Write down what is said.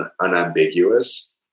unambiguous